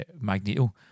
magneto